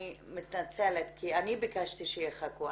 אני מתנצלת, כי אני ביקשתי שיחכו.